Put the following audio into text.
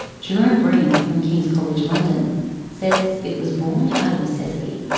gerome breen from kings college london says it was borne out of necessity.